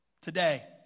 Today